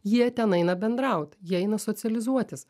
jie ten eina bendraut jie eina socializuotis